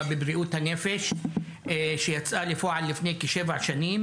בבריאות הנפש שיצאה לפועל לפני כשבע שנים,